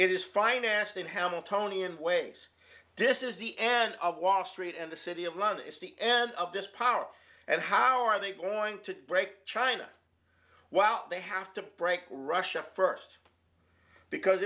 is financed in hamiltonian ways this is the end of wall street and the city of london is the end of this power and how are they going to break china while they have to break russia first because